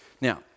now